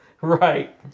Right